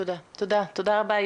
תודה רבה.